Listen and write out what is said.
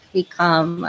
become